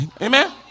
Amen